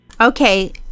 Okay